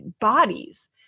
bodies